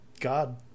god